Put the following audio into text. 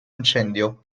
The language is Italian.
incendio